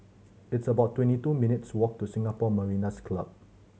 it's about twenty two minutes' walk to Singapore Mariners' Club